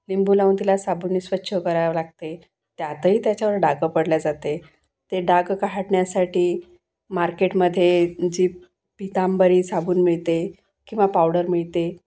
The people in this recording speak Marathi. लिंबू लावून त्याला साबूनने स्वच्छ करावं लागते त्यातही त्याच्यावर डाग पडल्या जाते ते डाग काढण्यासाठी मार्केटमध्ये जी पितांबरी साबुन मिळते किंवा पावडर मिळते